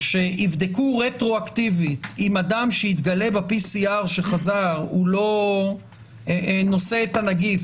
שיבדקו רטרואקטיבית אם אדם שהתגלה ב-PCR הוא לא נושא את הנגיף,